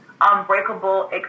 Unbreakable